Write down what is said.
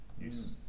use